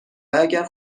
اگر